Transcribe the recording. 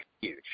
huge